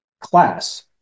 class